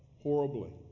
horribly